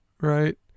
right